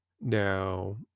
Now